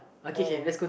oh